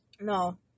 No